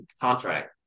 contract